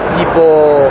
people